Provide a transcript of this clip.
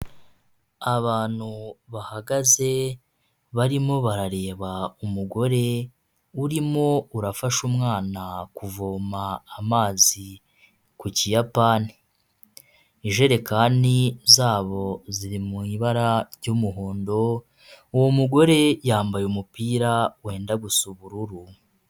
Abantu bahagaze barimo barareba umugore urimo urafasha umwana kuvoma amazi ku kiyapani, ijerekani zabo ziri mu ibara ry'muhondo uwo mugore yambaye umupira wenda gusa ubururu.